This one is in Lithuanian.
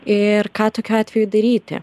ir ką tokiu atveju daryti